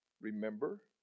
remember